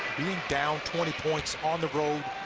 being down twenty points on the road